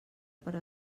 per